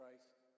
Christ